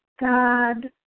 God